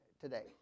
today